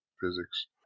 physics